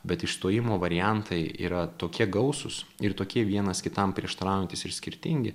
bet išstojimo variantai yra tokie gausūs ir tokie vienas kitam prieštaraujantys ir skirtingi